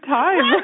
time